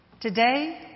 today